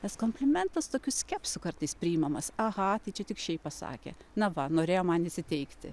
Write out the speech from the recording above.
nes komplimentas tokiu skepsiu kartais priimamas aha tai čia tik šiaip pasakė na va norėjo man įsiteikti